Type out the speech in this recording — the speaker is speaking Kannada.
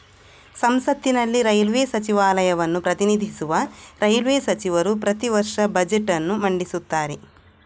ಸಂಸತ್ತಿನಲ್ಲಿ ರೈಲ್ವೇ ಸಚಿವಾಲಯವನ್ನು ಪ್ರತಿನಿಧಿಸುವ ರೈಲ್ವೇ ಸಚಿವರು ಪ್ರತಿ ವರ್ಷ ಬಜೆಟ್ ಅನ್ನು ಮಂಡಿಸುತ್ತಾರೆ